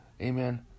amen